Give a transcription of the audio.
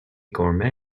gourmet